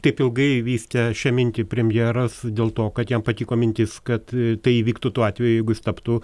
taip ilgai vystė šią mintį premjeras dėl to kad jam patiko mintis kad tai įvyktų tuo atveju jeigu jis taptų